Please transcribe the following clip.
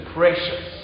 precious